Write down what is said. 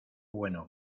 bueno